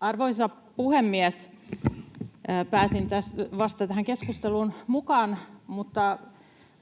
Arvoisa puhemies! Pääsin vasta tähän keskusteluun mukaan, mutta